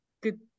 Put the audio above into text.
good